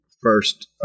first